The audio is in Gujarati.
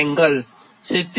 80977